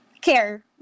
care